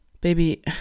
Baby